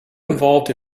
involved